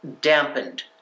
dampened